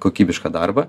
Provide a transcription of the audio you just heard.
kokybišką darbą